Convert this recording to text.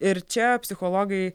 ir čia psichologai